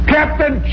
Captain